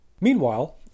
Meanwhile